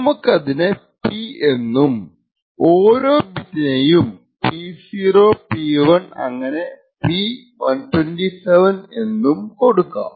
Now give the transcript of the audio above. നമുക്കതിനെ P എന്നും ഓരോ ബിറ്റിനെയും P0 P1 അങ്ങനെ P127 എന്നും പേര് കൊടുക്കാം